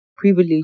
privilege